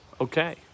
Okay